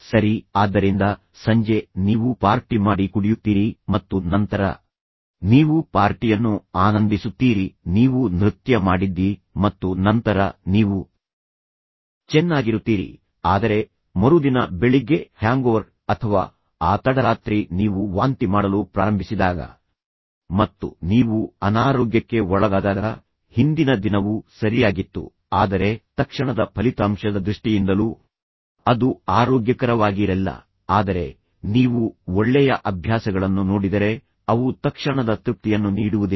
ಸರಿ ಆದ್ದರಿಂದ ಸಂಜೆ ನೀವು ಪಾರ್ಟಿ ಮಾಡಿ ಕುಡಿಯುತ್ತೀರಿ ಮತ್ತು ನಂತರ ನೀವು ಪಾರ್ಟಿಯನ್ನು ಆನಂದಿಸುತ್ತೀರಿ ನೀವು ನೃತ್ಯ ಮಾಡಿದ್ದೀರಿ ಮತ್ತು ನಂತರ ನೀವು ಚೆನ್ನಾಗಿರುತ್ತೀರಿ ಆದರೆ ಮರುದಿನ ಬೆಳಿಗ್ಗೆ ಹ್ಯಾಂಗೊವರ್ ಅಥವಾ ಆ ತಡರಾತ್ರಿ ನೀವು ವಾಂತಿ ಮಾಡಲು ಪ್ರಾರಂಭಿಸಿದಾಗ ಮತ್ತು ನೀವು ಅನಾರೋಗ್ಯಕ್ಕೆ ಬೆಳಗಿನವರೆಗೆ ಒಳಗಾದಾಗ ಹಿಂದಿನ ದಿನವು ಸರಿಯಾಗಿತ್ತು ಆದರೆ ತಕ್ಷಣದ ಫಲಿತಾಂಶದ ದೃಷ್ಟಿಯಿಂದಲೂ ಅದು ಆರೋಗ್ಯಕರವಾಗಿರಲಿಲ್ಲ ಆದರೆ ನೀವು ಒಳ್ಳೆಯ ಅಭ್ಯಾಸಗಳನ್ನು ನೋಡಿದರೆ ಅವು ತಕ್ಷಣದ ತೃಪ್ತಿಯನ್ನು ನೀಡುವುದಿಲ್ಲ